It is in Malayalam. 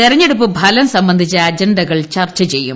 തെരഞ്ഞെടുപ്പ് ഫലം സംബന്ധിച്ച അജണ്ടകൾ ചർച്ച ചെയ്യും